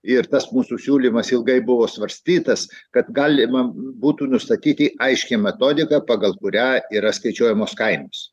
ir tas mūsų siūlymas ilgai buvo svarstytas kad galima būtų nustatyti aiškią metodiką pagal kurią yra skaičiuojamos kainos